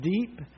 deep